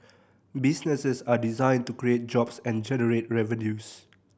businesses are designed to create jobs and generate revenues